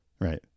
right